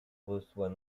reçoit